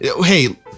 Hey